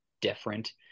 different